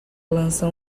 lança